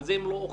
על זה אין אכיפה.